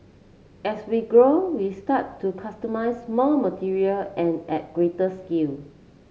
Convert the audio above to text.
as we grow we started to customise more material and at greater scale